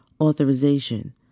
Authorization